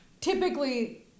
Typically